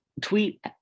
tweet